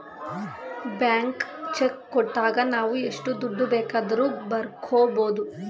blank cheque ಕೊಟ್ಟಾಗ ನಾವು ಎಷ್ಟು ದುಡ್ಡು ಬೇಕಾದರೂ ಬರ್ಕೊ ಬೋದು